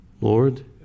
Lord